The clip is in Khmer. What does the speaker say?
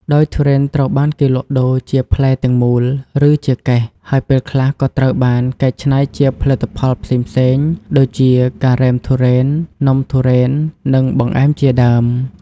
ដោយទុរេនត្រូវបានគេលក់ដូរជា ផ្លែទាំងមូល ឬ ជាកេស ហើយពេលខ្លះក៏ត្រូវបាន កែច្នៃជាផលិតផលផ្សេងៗ ដូចជាការ៉េមទុរេន នំទុរេន និងបង្អែមជាដើម។